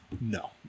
No